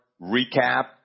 recap